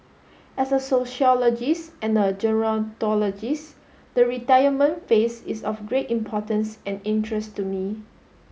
as a sociologist and a gerontologist the retirement phase is of great importance and interest to me